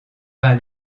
vain